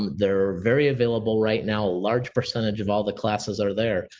they're very available right now. large percentage of all the classes are there.